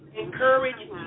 Encourage